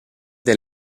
dai